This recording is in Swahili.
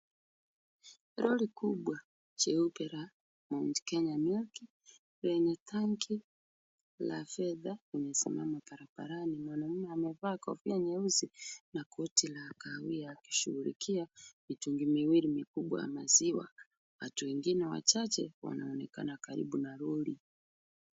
Lori kubwa jeupe la Mount Kenya Milk , lenye tanki la fedha limesimama barabarani. Mwanaume amevaa kofia nyeusi na koti la kahawia akishughulikia mitungi miwili ya maziwa. Watu wengine wachache wanaonekana karibu na lori.